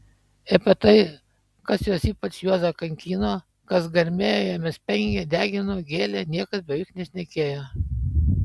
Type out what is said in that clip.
apie tai kas juos ypač juozą kankino kas garmėjo jame spengė degino gėlė niekas beveik nešnekėjo